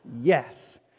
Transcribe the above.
yes